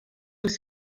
dels